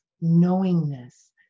knowingness